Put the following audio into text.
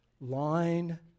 line